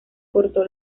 cortó